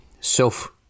self